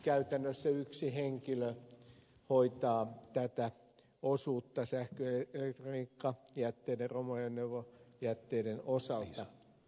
käytännössä yksi henkilö hoitaa tätä osuutta sähkö ja elektroniikkajätteiden romuajoneuvojätteiden osalta